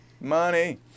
money